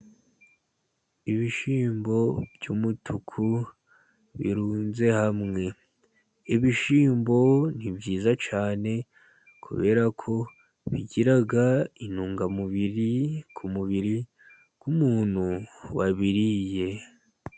Ibishyimbo by'umutuku birunze hamwe. Ibishyimbo ni byiza cyane kubera ko bigira intungamubiri ku mubiri w'umuntu wabiriye.